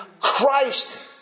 Christ